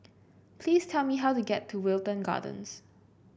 please tell me how to get to Wilton Gardens